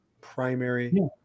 primary